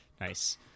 nice